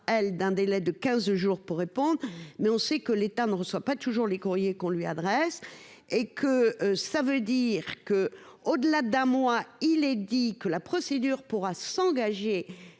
elle d'un délai de 15 jours pour répondre, mais on sait que l'État ne reçoit pas toujours les courriers qu'on lui adresse et que ça veut dire que au-delà d'un mois, il est dit que la procédure pourra s'engager,